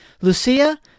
Lucia